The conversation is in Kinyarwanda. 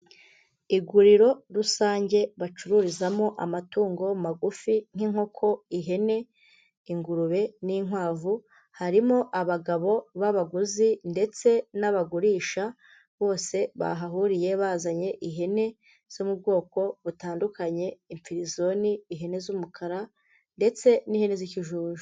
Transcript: Iguriro rusange bacururizamo amatungo magufi, nk'inkoko, ihene, ingurube n'inkwavu, harimo abagabo b'abaguzi ndetse n'abagurisha bose bahahuriye bazanye ihene zo mu bwoko butandukanye, imfirizoni, ihene z'umukara ndetse n'ihene z'ikijuju.